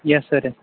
yes sir yes sir